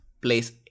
place